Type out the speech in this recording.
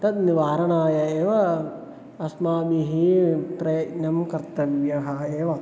तद् निवारणाय एव अस्माभिः प्रयत्नः कर्तव्यः एव